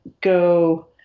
go